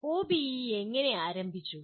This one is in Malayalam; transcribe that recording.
ഒബിഇ എങ്ങനെ ആരംഭിച്ചു